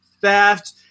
theft